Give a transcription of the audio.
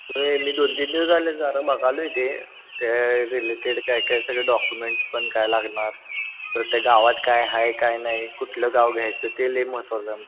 मी आणि दोन तीन दिवस झाले जरां बघालोय ते त्या रिलेटेड काय काय सगळे डॉक्युमेंट्स पण काय लागणार तर त्या गावात काय आहे काय नाही कुठलं गाव घ्यायचं ते लई महत्त्वाचं आहे